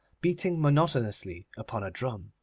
beating monotonously upon a drum.